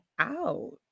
out